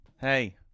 hey